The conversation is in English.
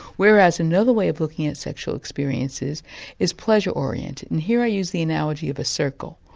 whereas another way of looking at sexual experience is is pleasure-oriented. and here i use the analogy of a circle,